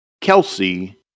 Kelsey